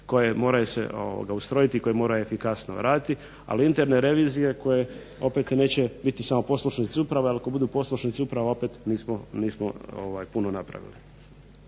koje se moraju ustrojiti i koje moraju efikasno raditi, ali interne revizije koje opet neće biti samo poslušnici uprave ali ako budu poslušnici uprava nismo puno napravili.